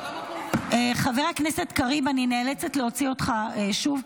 חבר הכנסת קריב, אני נאלצת להוציא אותך שוב.